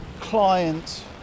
client